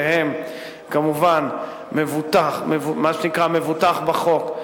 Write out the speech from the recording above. והם כמובן מה שנקרא "מבוטח" בחוק,